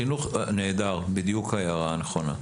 נהדר, בדיוק ההערה הנכונה.